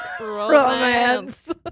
romance